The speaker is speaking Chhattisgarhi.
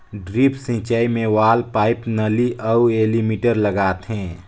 ड्रिप सिंचई मे वाल्व, पाइप, नली अउ एलीमिटर लगाथें